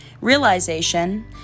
realization